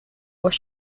were